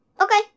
Okay